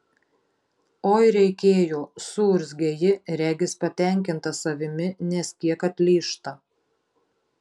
oi reikėjo suurzgia ji regis patenkinta savimi nes kiek atlyžta